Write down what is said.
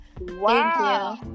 wow